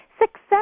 success